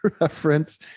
reference